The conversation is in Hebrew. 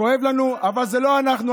כואב לנו, אבל זה לא אנחנו.